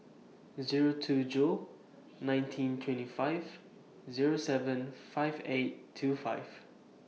Zero two Jul nineteen twenty five Zero seven five eight two five